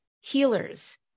healers